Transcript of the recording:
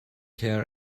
hair